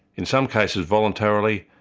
in some cases voluntarily,